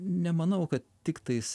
nemanau kad tiktais